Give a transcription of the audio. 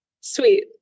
Sweet